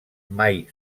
mai